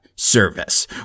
Service